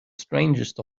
strangest